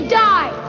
die